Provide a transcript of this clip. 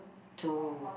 to